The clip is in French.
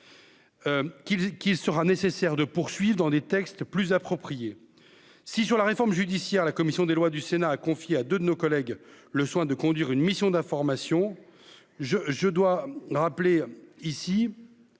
qui sera nécessaire de poursuivent dans des textes plus approprié si sur la réforme judiciaire, la commission des lois du Sénat a confié à 2 de nos collègues, le soin de conduire une mission d'information, je je dois rappeler ici